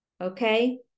okay